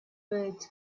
birds